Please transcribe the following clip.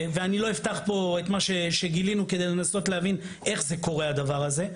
ואני לא אפתח פה את מה שגילינו כדי לנסות להבין איך זה קורה הדבר הזה.